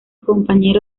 compañero